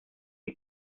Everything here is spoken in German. die